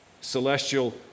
celestial